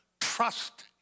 Trust